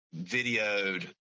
videoed